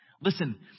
Listen